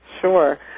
Sure